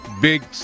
big